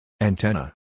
Antenna